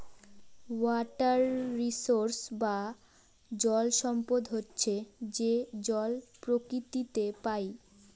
water resource বা জল সম্পদ হচ্ছে যে জল প্রকৃতিতে পাই